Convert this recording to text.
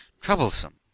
troublesome